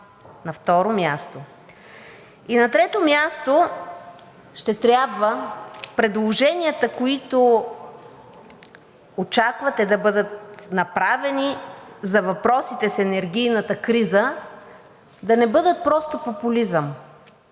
на второ място. И на трето място, ще трябва предложенията, които очаквате да бъдат направени за въпросите с енергийната криза, да не бъдат просто популизъм,